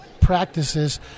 practices